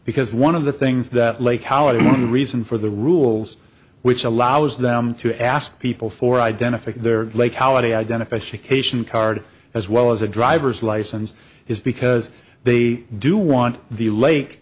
because one of the things that lake however one reason for the rules which allows them to ask people for identify their late holiday identify she cation card as well as a driver's license is because they do want the lake